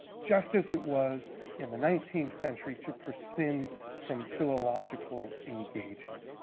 just as it was in the nineteenth century to prescind from philological engagement.